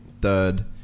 third